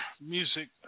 Music